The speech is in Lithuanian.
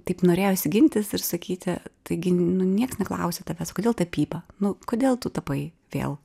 taip norėjosi gintis ir sakyti taigi nu nieks neklausia tavęs kodėl tapyba nu kodėl tu tapai vėl